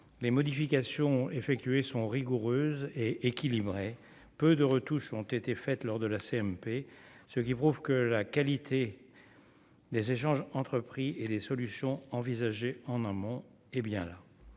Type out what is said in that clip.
les modifications effectuées sont rigoureuses et équilibrée, peu de retouches ont été faites lors de la CMP, ce qui prouve que la qualité des échanges entrepris et les solutions envisagées en amont, hé bien là,